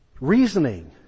reasoning